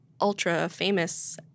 ultra-famous